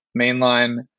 mainline